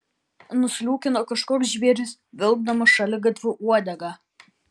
nusliūkino kažkoks žvėris vilkdamas šaligatviu uodegą